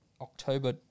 October